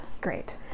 great